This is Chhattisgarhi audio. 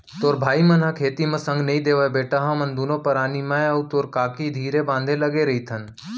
तोर भाई मन ह खेती म संग नइ देवयँ बेटा हमन दुनों परानी मैं अउ तोर काकी धीरे बांधे लगे रइथन